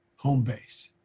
home base.